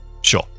Sure